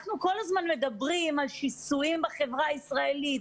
אנחנו כל הזמן מדברים על שיסויים בחברה הישראלית,